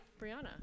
Brianna